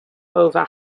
over